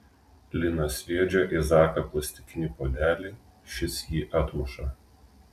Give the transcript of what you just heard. lina sviedžia į zaką plastikinį puodelį šis jį atmuša